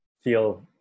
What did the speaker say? feel